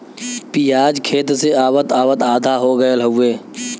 पियाज खेत से आवत आवत आधा हो गयल हउवे